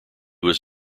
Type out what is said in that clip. was